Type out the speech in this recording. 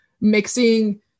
mixing